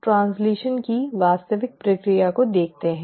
अब हम ट्रैन्स्लैशन की वास्तविक प्रक्रिया को देखते हैं